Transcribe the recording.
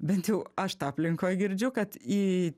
bent jau aš tą aplinkoj girdžiu kad į